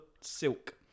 silk